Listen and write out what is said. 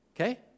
okay